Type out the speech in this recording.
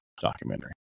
documentary